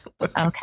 Okay